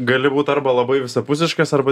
gali būt arba labai visapusiškas arba